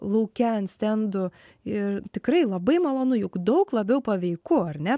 lauke ant stendų ir tikrai labai malonu juk daug labiau paveiku ar ne